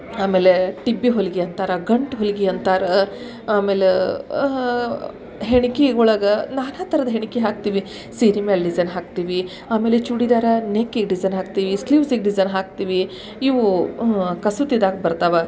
ಆಮೇಲೆ ಟಿಬ್ಬಿ ಹೊಲ್ಗೆ ಅಂತಾರೆ ಗಂಟು ಹೊಲ್ಗೆ ಅಂತಾರೆ ಆಮೇಲೆ ಹೆಣ್ಕೆ ಒಳಗೆ ನಾನಾ ಥರದ ಹೆಣ್ಕೆ ಹಾಕ್ತೀವಿ ಸೀರೆ ಮ್ಯಾಲೆ ಡಿಸೈನ್ ಹಾಕ್ತೀವಿ ಆಮೇಲೆ ಚೂಡಿದಾರ ನೆಕ್ಕಿಗೆ ಡಿಸೈನ್ ಹಾಕ್ತೀವಿ ಸ್ಲೀವ್ಸಿಗೆ ಡಿಸೈನ್ ಹಾಕ್ತೀವಿ ಇವು ಕಸೂತಿದಾಗ ಬರ್ತವೆ